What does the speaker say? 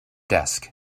desks